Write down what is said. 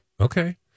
Okay